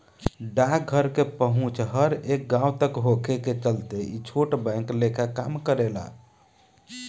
डाकघर के पहुंच हर एक गांव तक होखे के चलते ई छोट बैंक लेखा काम करेला